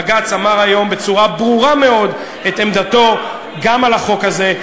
בג"ץ אמר היום בצורה ברורה מאוד את עמדתו גם על החוק הזה,